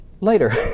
later